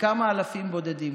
לכמה אלפים בודדים,